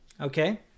Okay